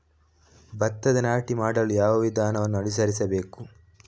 ಭತ್ತದ ನಾಟಿ ಮಾಡಲು ಯಾವ ವಿಧಾನವನ್ನು ಅನುಸರಿಸಬೇಕು?